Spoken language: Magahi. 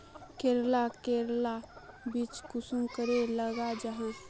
करेला करेलार बीज कुंसम करे लगा जाहा?